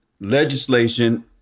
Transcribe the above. legislation